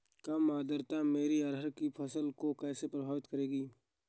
कम आर्द्रता मेरी अरहर की फसल को कैसे प्रभावित करेगी?